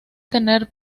tener